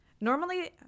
normally